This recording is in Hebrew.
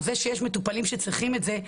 על העובדה שיש מטופלים שצריכים את זה,